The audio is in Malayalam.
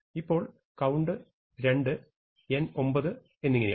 ഇപ്പോൾ കൌണ്ട് 2 n 9 ഈനിങ്ങനെയാണ്